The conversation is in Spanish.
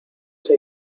esa